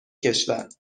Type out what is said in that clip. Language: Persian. کشور